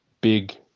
big